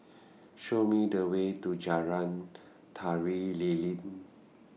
Show Me The Way to Jalan Tari Lilin